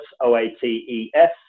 O-A-T-E-S